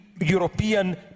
European